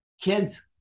Kids